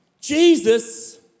Jesus